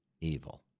evil